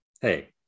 Hey